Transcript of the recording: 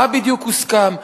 מה בדיוק הוסכם.